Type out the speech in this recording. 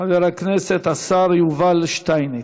חבר הכנסת השר יובל שטייניץ.